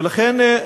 ולכן,